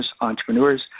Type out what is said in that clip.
entrepreneurs